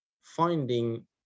finding